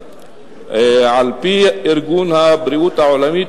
על-פי ארגון הבריאות העולמי,